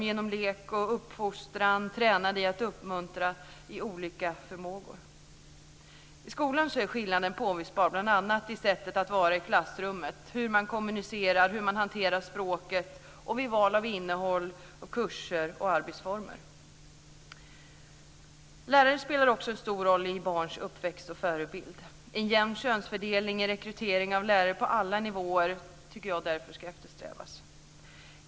Genom lek och uppfostran uppmuntras deras olika förmågor. I skolan är skillnaden påvisbar, bl.a. gäller det sättet att vara i klassrummet, hur man kommunicerar, hur man hanterar språket och vid valet av innehåll, kurser och arbetsformer. Lärare spelar också en stor roll för barns uppväxt som förebilder. En jämn könsfördelning vid rekrytering av lärare på alla nivåer tycker jag därför ska eftersträvas.